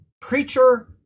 preacher